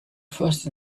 first